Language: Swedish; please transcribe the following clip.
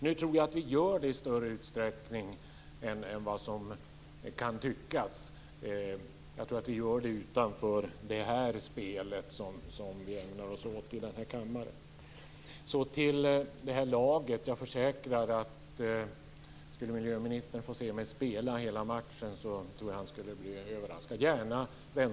Nu tror jag att vi gör det i större utsträckning än som kan tyckas; jag tror att vi gör det utanför det spel som vi ägnar oss åt i denna kammare. Vad gäller detta med lag kan jag försäkra att skulle miljöministern få se mig spela hela matchen - gärna i vänsterinnerposition - skulle han bli överraskad.